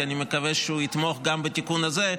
כי אני מקווה שהוא יתמוך גם בתיקון הזה,